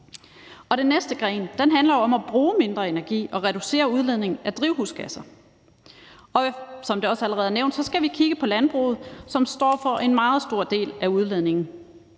den næste gren handler jo om at bruge mindre energi og reducere udledningen af drivhusgasser, og som det også allerede er nævnt, skal vi kigge på landbruget, som står for en meget stor del af udledningen.